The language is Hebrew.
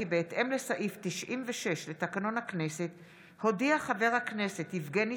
עוד אודיעכם כי בהתאם לסעיף 96 לתקנון הכנסת הודיע חבר הכנסת יבגני